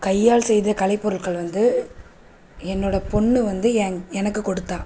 கையால் செய்த கலைப்பொருட்கள் வந்து என்னோட பொண்ணு வந்து ஏன் எனக்கு கொடுத்தா